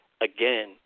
again